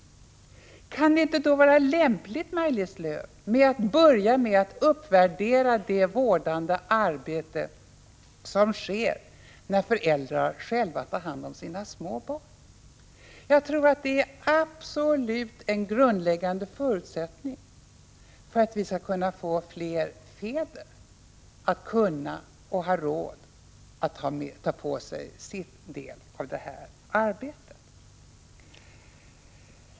Kan det inte då vara lämpligt, Maj-Lis Lööw, att börja med att uppvärdera det vårdande arbete som sker när föräldrar själva tar hand om sina små barn? Jag tror att det är en absolut grundläggande förutsättning för att vi skall få fler fäder att kunna och ha råd att ta på sig sin del av det arbetet.